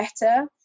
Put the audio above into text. better